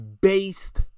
based